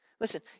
Listen